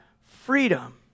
freedom